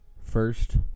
First